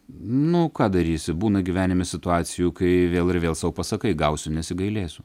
nu ką darysi būna gyvenime situacijų kai vėl ir vėl sau pasakai gausiu nesigailėsiu